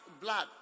blood